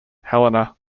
helena